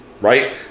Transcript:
right